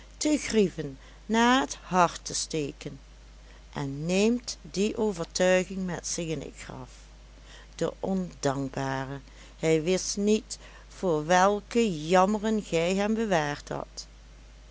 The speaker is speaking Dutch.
te grieven naar het hart te steken en neemt die overtuiging met zich in het graf de ondankbare hij wist niet voor welke jammeren gij hem bewaard hadt